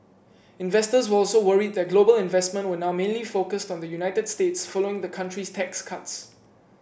investors were also worried that global investment would now mainly focused on the United States following the country's tax cuts